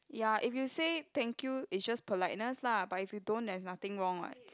ya if you say thank you it's just politeness lah but if you don't there's nothing wrong [what]